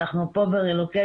אנחנו פה ברילוקיישן,